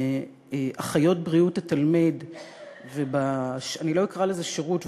באחיות בריאות התלמיד ואני לא אקרא לזה שירות,